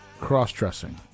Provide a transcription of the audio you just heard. Cross-dressing